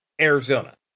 Arizona